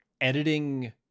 editing